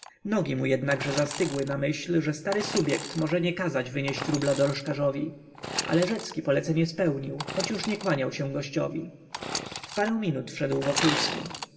nogi mu jednakże zastygły na myśl że stary subjekt może nie kazać wynieść rubla dorożkarzowi ale rzecki polecenie spełnił choć już nie kłaniał się gościowi w parę minut wszedł wokulski